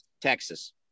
Texas